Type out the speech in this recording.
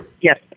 Yes